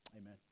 Amen